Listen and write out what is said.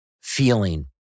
feeling